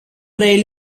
trail